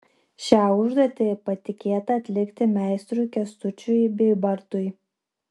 šią užduotį patikėta atlikti meistrui kęstučiui bybartui